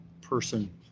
person